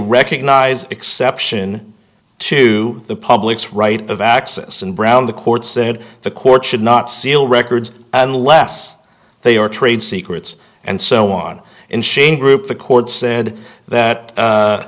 recognised exception to the public's right of access and brown the court said the court should not seal records unless they are trade secrets and so on and shane group the court said that